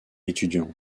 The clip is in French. étudiants